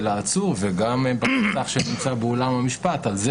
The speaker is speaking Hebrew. העצור וגם במסך שנמצא באולם המשפט על זה